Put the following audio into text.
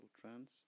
trends